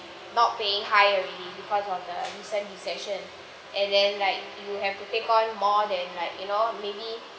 not paying high already because of the recent recession and then like you have to take on more than like you know maybe